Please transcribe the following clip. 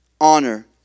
honor